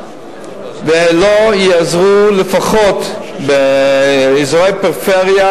ולא יעזרו לפחות באזורי הפריפריה,